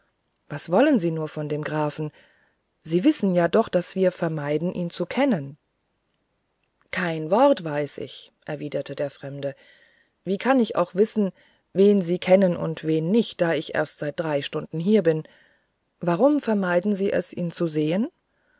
was wollen sie nur von dem grafen sie wissen ja doch daß wir vermeiden ihn zu kennen kein wort weiß ich erwiderte der fremde wie kann ich auch wissen wen sie kennen und wen nicht da ich erst seit drei stunden hier bin warum vermeiden sie es ihn zu sehen